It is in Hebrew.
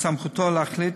בסמכותו להחליט,